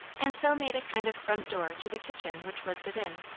and so made a kind of front door to the kitchen which was within.